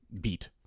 beat